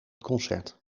concert